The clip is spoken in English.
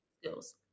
skills